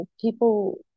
people